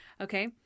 Okay